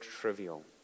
trivial